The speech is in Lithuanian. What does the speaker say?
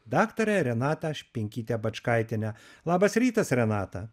daktarę renatą špinkytę bačkaitienę labas rytas renata